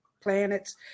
planets